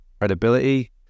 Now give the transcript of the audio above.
credibility